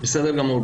בסדר גמור,